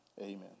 Amen